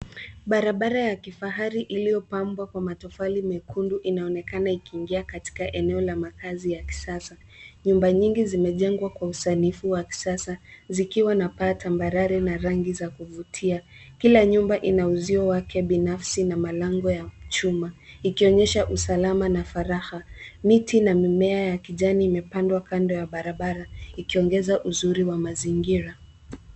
Barabara ya kifahari iliyopambwa kwa matofali mekundu inaonekana ikiingia katika eneo la makazi ya kisasa. Nyumba nyingi zimejengwa kwa usanifu wa kisasa, zikiwa na paa tambarare na rangi za kuvutia. Kila nyumba ina uzio wake binafsi na malango ya chuma, ikionyesha usalama na faragha. Miti na mimea ya kijani imepandwa kando ya barabara, ikiongeza uzuri wa mazingira.